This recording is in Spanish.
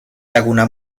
laguna